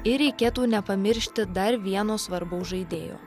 ir reikėtų nepamiršti dar vieno svarbaus žaidėjo